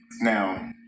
now